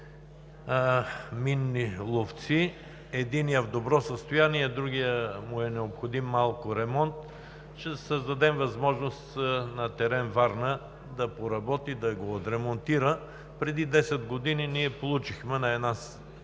минни ловци – единият в добро състояние, на другия му е необходим малко ремонт, ще създадем възможност на терен „Варна“ да поработи, да го отремонтира. Преди десет години ние получихме като